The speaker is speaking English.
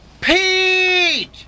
Pete